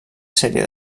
sèrie